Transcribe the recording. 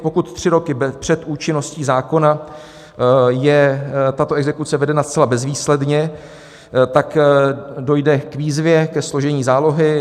Pokud tři roky před účinností zákona je tato exekuce vedena zcela bezvýsledně, tak dojde k výzvě ke složení zálohy.